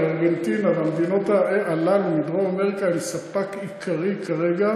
כי ארגנטינה והמדינות הללו בדרום-אמריקה הן ספק עיקרי כרגע